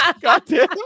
Goddamn